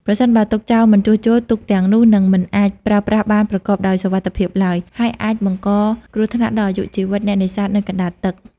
ប្រសិនបើទុកចោលមិនជួសជុល ទូកទាំងនោះនឹងមិនអាចប្រើប្រាស់បានប្រកបដោយសុវត្ថិភាពឡើយ ហើយអាចបង្កគ្រោះថ្នាក់ដល់អាយុជីវិតអ្នកនេសាទនៅកណ្ដាលទឹក។